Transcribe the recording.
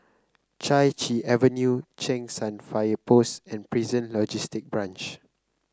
Chai Chee Avenue Cheng San Fire Post and Prison Logistic Branch